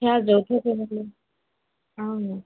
সেয়া যৌথ ফেমিলি অঁ